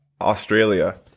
Australia